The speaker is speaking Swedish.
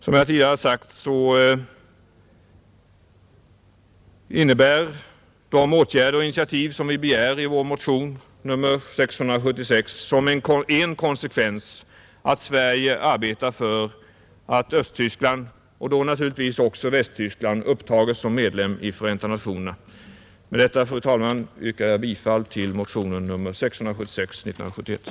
Som jag tidigare sagt innebär de åtgärder och initiativ som vi begär i vår motion nr 676 som en konsekvens att Sverige arbetar för att Östtyskland, och då naturligtvis också Västtyskland, upptas som medlem i Förenta nationerna, Med detta, fru talman, yrkar jag bifall till motionerna 125 och 676.